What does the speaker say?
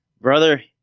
Brother